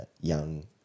Young